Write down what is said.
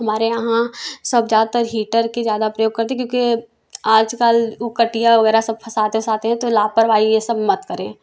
हमारे यहाँ सब ज़्यादातर हीटर की ज़्यादा प्रयोग करते हैं क्योंकि आज कल वो कटिया वगैरह सब फंसा उसाते हैं तो लापरवाही ये सब मत करें